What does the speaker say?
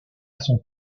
son